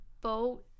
boat